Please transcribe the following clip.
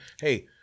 Hey